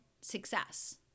success